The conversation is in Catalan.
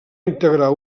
integrar